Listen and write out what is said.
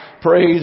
Praise